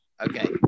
Okay